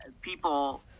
people